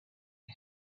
ayo